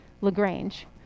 LaGrange